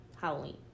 Halloween